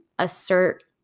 assert